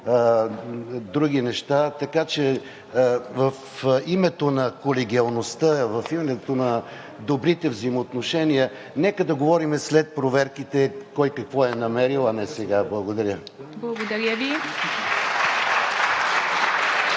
други неща. Така че в името на колегиалността, в името на добрите взаимоотношения нека да говорим след проверките – кой какво е намерил, а не сега. Благодаря. (Ръкопляскания